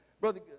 Brother